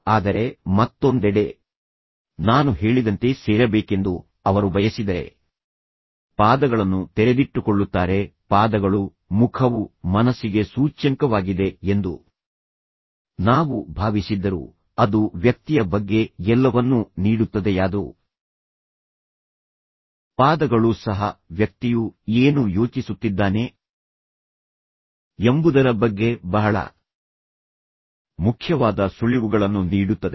ಆದರೆ ಮತ್ತೊಂದೆಡೆ ನಾನು ಹೇಳಿದಂತೆ ಸೇರಬೇಕೆಂದು ಅವರು ಬಯಸಿದರೆ ಪಾದಗಳನ್ನು ತೆರೆದಿಟ್ಟುಕೊಳ್ಳುತ್ತಾರೆ ಪಾದಗಳು ಮುಖವು ಮನಸ್ಸಿಗೆ ಸೂಚ್ಯಂಕವಾಗಿದೆ ಎಂದು ನಾವು ಭಾವಿಸಿದ್ದರೂ ಅದು ವ್ಯಕ್ತಿಯ ಬಗ್ಗೆ ಎಲ್ಲವನ್ನೂ ನೀಡುತ್ತದೆಯಾದರು ಪಾದಗಳು ಸಹ ವ್ಯಕ್ತಿಯು ಏನು ಯೋಚಿಸುತ್ತಿದ್ದಾನೆ ಎಂಬುದರ ಬಗ್ಗೆ ಬಹಳ ಮುಖ್ಯವಾದ ಸುಳಿವುಗಳನ್ನು ನೀಡುತ್ತದೆ